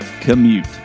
commute